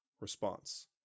Response